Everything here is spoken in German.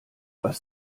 was